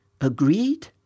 agreed